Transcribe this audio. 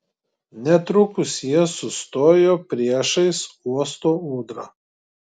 netrukus jie sustojo priešais uosto ūdrą